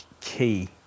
key